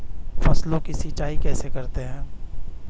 फसलों की सिंचाई कैसे करते हैं?